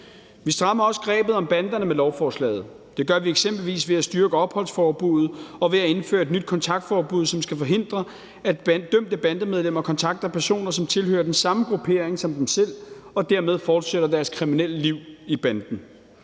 Vi strammer grebet om banderne med lovforslaget. Det gør vi eksempelvis ved at styrke opholdsforbuddet og ved at indføre et nyt kontaktforbud, som skal forhindre, at dømte bandemedlemmer kontakter personer, som tilhører den samme gruppering som dem selv og dermed fortsætter deres kriminelle liv i banden.